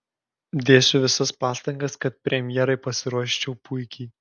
dėsiu visas pastangas kad premjerai pasiruoščiau puikiai